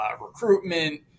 recruitment